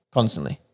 Constantly